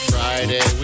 Friday